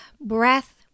breath